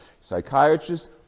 Psychiatrists